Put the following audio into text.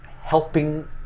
helping